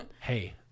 Hey